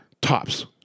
Tops